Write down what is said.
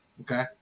Okay